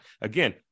Again